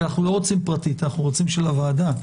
גילינו רשות ממשלתית שיש בה יו"ר ומנכ"ל.